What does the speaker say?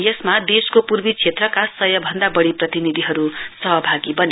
यसमा देशको पूर्वी क्षेत्रका सय भन्दा वढ़ी प्रतिनिधिहरु सहभागी बने